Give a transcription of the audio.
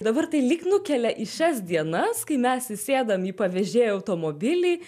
dabar tai lyg nukelia į šias dienas kai mes įsėdam į pavežėjo automobilį